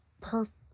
perfect